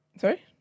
Sorry